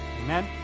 Amen